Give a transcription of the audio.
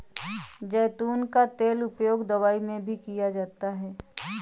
ज़ैतून का तेल का उपयोग दवाई में भी किया जाता है